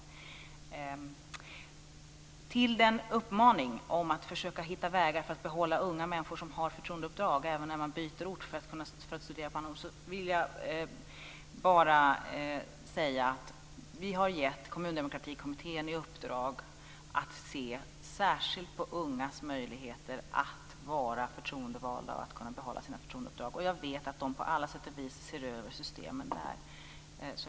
Med anledning av den uppmaning att försöka hitta vägar för att behålla unga människor som har förtroendeuppdrag även när man byter ort för att studera vill jag bara säga att vi har gett Kommundemokratikommittén i uppdrag att se särskilt på ungas möjligheter att vara förtroendevalda och kunna behålla sina förtroendeuppdrag. Jag vet att de på alla sätt och vis ser över systemen.